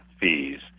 fees